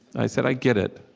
i said, i get it.